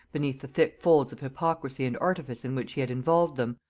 beneath the thick folds of hypocrisy and artifice in which he had involved them,